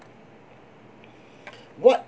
what